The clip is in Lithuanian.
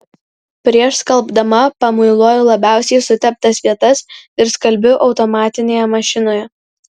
prieš skalbdama pamuiluoju labiausiai suteptas vietas ir skalbiu automatinėje mašinoje